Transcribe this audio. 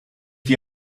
die